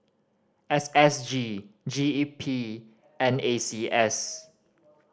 S S G G E P and A C E S